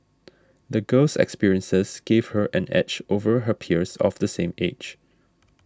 the girl's experiences gave her an edge over her peers of the same age